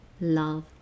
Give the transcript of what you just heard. love